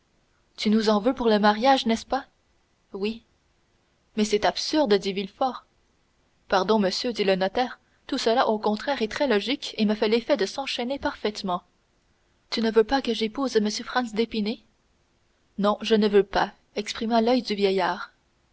tu nous en veux pour le mariage n'est-ce pas oui mais c'est absurde dit villefort pardon monsieur dit le notaire tout cela au contraire est très logique et me fait l'effet de s'enchaîner parfaitement tu ne veux pas que j'épouse m franz d'épinay non je ne veux pas exprima l'oeil du vieillard